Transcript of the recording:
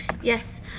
Yes